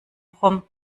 rum